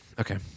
Okay